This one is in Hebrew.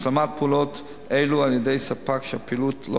השלמת פעולות אלו על-ידי ספק שהפעילות לא